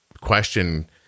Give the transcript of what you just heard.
question